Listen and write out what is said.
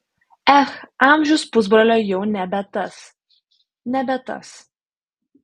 ech amžius pusbrolio jau nebe tas nebe tas